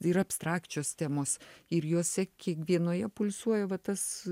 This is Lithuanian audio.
ir abstrakčios temos ir jose kiekvienoje pulsuoja va tas